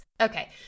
okay